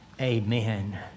Amen